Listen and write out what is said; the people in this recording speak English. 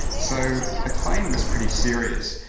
so the claim was pretty serious,